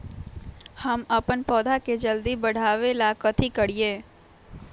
हम अपन पौधा के जल्दी बाढ़आवेला कथि करिए?